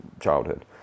childhood